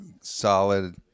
solid